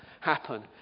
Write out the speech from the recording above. happen